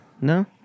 no